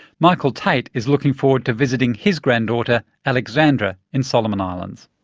michael tait is looking forward to visiting his granddaughter alexandra in solomon islands.